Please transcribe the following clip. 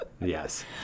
Yes